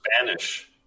Spanish